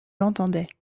l’entendait